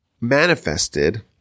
manifested